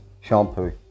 shampoo